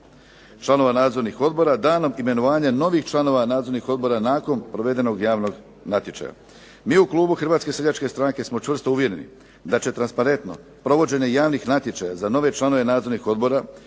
članova nadzornih odbora danom imenovanja novih članova nadzornih odbora nakon provedenog javnog natječaja. Mi u Klubu Hrvatske seljačke stranke smo čvrsto uvjereni da će transparentno provođenje javnih natječaja za nove članove nadzornih odbora